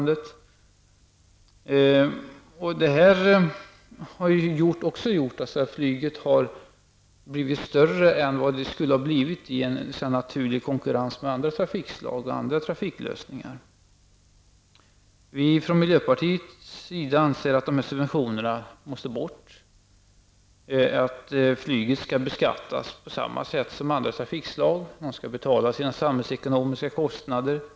Det här har gjort att flyget har blivit större än det skulle ha blivit i en naturlig konkurrans med andra trafikslag och andra trafiklösningar. Vi från miljöpartiets sida anser att dessa subventioner bör tas bort och att flyget skall beskattas på samma sätt som andra trafikslag. Flyget skall också betala ''sina'' samhällsekonomiska kostnader.